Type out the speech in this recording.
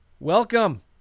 Welcome